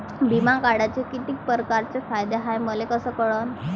बिमा काढाचे कितीक परकारचे फायदे हाय मले कस कळन?